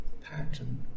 pattern